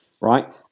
Right